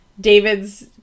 David's